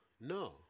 No